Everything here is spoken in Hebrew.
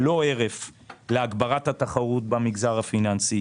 להגברת התחרות במגזר הפיננסי.